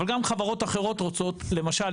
אבל גם חברות אחרות; למשל,